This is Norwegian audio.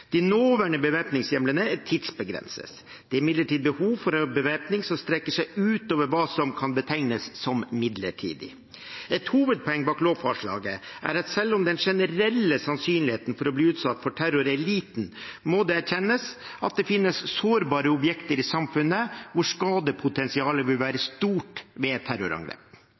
De nåværende bevæpningshjemlene er tidsbegrenset. Det er imidlertid behov for en bevæpning som strekker seg utover hva som kan betegnes som midlertidig. Et hovedpoeng bak lovforslaget er at selv om den generelle sannsynligheten for å bli utsatt for terror er liten, må det erkjennes at det finnes sårbare objekter i samfunnet der skadepotensialet vil være stort ved et terrorangrep.